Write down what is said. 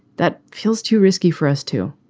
that feels too risky for us too.